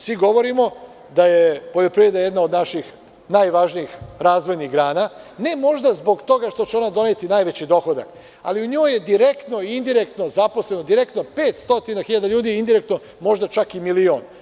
Svi govorimo da je poljoprivreda jedna od naših najvažnijih razvojnih grana, ne možda zbog toga što će ona doneti najveći dohodak, ali u njoj je direktno ili indirektno zaposleno, direktno 500.000 ljudi, a indirektno milion ljudi.